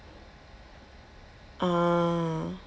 ah